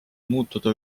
muutuda